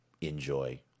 enjoy